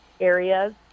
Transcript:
areas